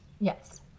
Yes